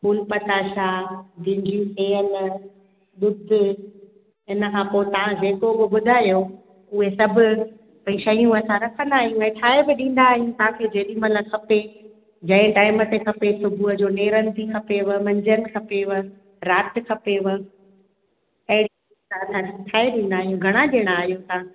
फूल पताशा भींडियूं सेअल ॾुधु इनखां पोइ तव्हां जेको बि ॿुधायो उहे सभु भई शयूं असां रखंदा आहियूं ऐं ठाहे बि ॾींदा आहियूं तव्हांखे जेॾीमहिल खपे जंहिं टाइम ते खपे सुबुह जो नेरनि ते खपेव मंझंदि खपेव राति खपेव ऐं असां ठाहे ॾींदा आहियूं घणा ॼणा आयो तव्हां